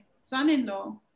son-in-law